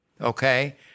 okay